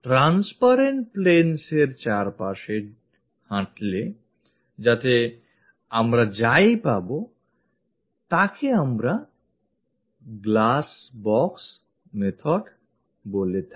transparent planes এর চারপাশে হাঁটো যাতে করে আমরা যা ই পাবো তাকে glassbox method বলা হয়